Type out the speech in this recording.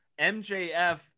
MJF